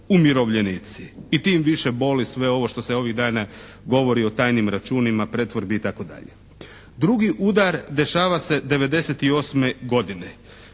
umirovljenici. I tim više boli sve ovo što se ovih dana govori o tajnim računima, pretvorbi, itd. Drugi udar dešava se '98. godine,